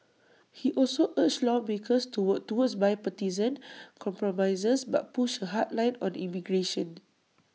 he also urged lawmakers to work toward bipartisan compromises but pushed A hard line on immigration